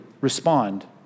respond